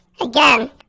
Again